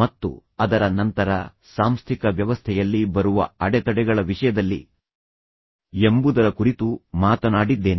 ಮತ್ತು ಅದರ ನಂತರ ಸಾಂಸ್ಥಿಕ ವ್ಯವಸ್ಥೆಯಲ್ಲಿ ಬರುವ ಅಡೆತಡೆಗಳ ವಿಷಯದಲ್ಲಿ ಎಂಬುದರ ಕುರಿತು ಮಾತನಾಡಿದ್ದೇನೆ